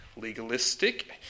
legalistic